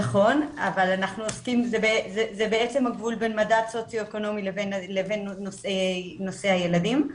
זה בעצם הגבול בין מדד סוציו-אקונומי לבין נושא הילדים.